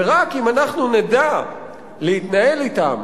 ורק אם אנחנו נדע להתנהל אתם,